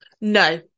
No